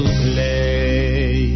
play